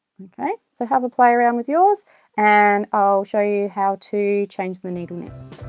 okay so have a play around with yours and i'll show you how to change the needle next